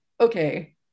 Okay